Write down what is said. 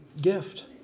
gift